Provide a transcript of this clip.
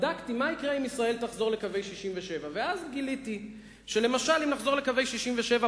בדקתי מה יקרה אם ישראל תחזור לקווי 67'. ואז גיליתי שלמשל אם נחזור לקווי 67',